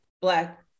Black